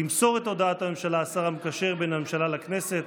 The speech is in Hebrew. ימסור את הודעת הממשלה השר המקשר בין הממשלה לכנסת,